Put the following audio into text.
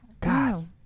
God